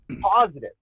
positive